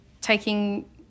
taking